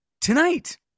tonight